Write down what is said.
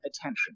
attention